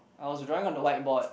I was drawing on the whiteboard